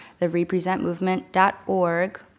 TheRepresentMovement.org